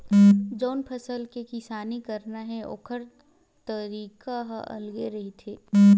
जउन फसल के किसानी करना हे ओखर तरीका ह अलगे रहिथे